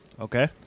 Okay